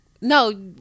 No